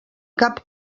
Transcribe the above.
cap